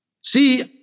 See